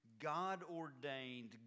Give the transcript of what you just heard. God-ordained